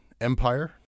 Empire